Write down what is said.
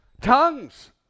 tongues